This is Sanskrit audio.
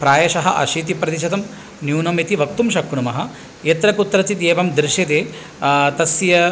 प्रायशः अशीतिप्रतिशतं न्यूनम् इति वक्तुं शक्नुमः यत्र कुत्रचित् एवं दृश्यते तस्य